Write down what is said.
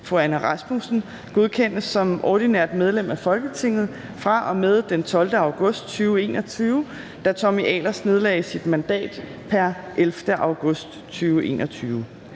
fru Anne Rasmussen, godkendes som ordinært medlem af Folketinget fra og med den 12. august 2021, da Tommy Ahlers nedlagde sit mandat pr. 11. august 2021.